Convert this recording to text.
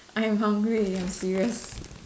I'm hungry I'm serious